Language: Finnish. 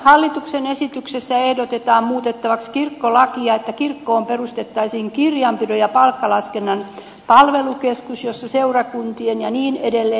hallituksen esityksessä ehdotetaan muutettavaksi kirkkolakia niin että kirkkoon perustettaisiin kirjanpidon ja palkkalaskennan palvelukeskus jossa seurakuntien ja niin edelleen